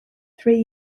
three